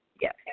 Yes